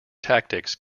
tactics